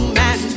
man